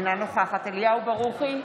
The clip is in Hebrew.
אינה נוכחת אליהו ברוכי,